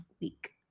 week